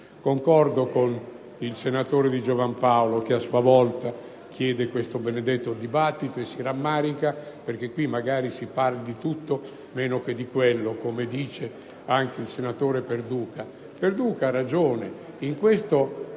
Concordo con il senatore Di Giovan Paolo che, a sua volta, richiede questo benedetto dibattito e si rammarica perché in quest'Aula si parla di tutto meno che di quello, come afferma il senatore Perduca.